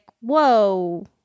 whoa